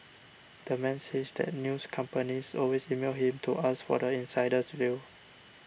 the man says that news companies always email him to ask for the insider's view